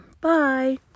Bye